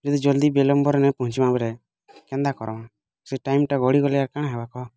ଯଦି ଜଲ୍ଦି ବିଲମ୍ବରେ ନାଇ ପହଞ୍ଚିବା ବୋଲେ କେନ୍ତା କର୍ମା ସେ ଟାଇମ୍ଟା ଗଡ଼ି ଗଲେ ଆଉ କାଁଣ ହବ କହ